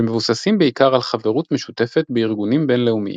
שמבוססים בעיקר על חברות משותפת בארגונים בינלאומיים.